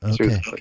Okay